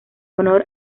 honor